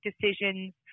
decisions